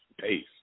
pace